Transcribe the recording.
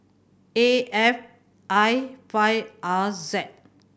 A F I five R Z